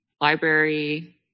library